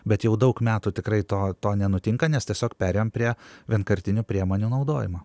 bet jau daug metų tikrai to to nenutinka nes tiesiog perėjom prie vienkartinių priemonių naudojimo